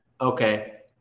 Okay